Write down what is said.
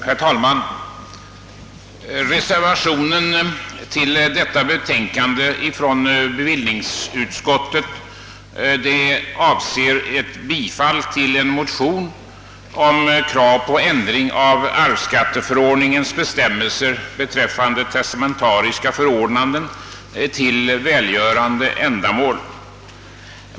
Herr talman! Reservationen till detta betänkande från bevillningsutskottet avser bifall till en motion med krav på ändring av arvsskatteförordningens bestämmelser beträffande testamentariska förordnanden till välgörande ändamål.